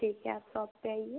ठीक है आप शॉप पे आइए